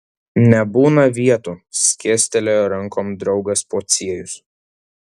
nebūna vietų skėstelėjo rankom draugas pociejus